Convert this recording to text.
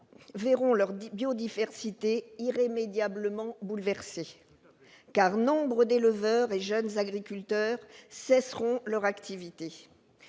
verront leur biodiversité irrémédiablement bouleversée. En effet, nombre d'éleveurs et de jeunes agriculteurs cesseront leur activité.